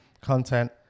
content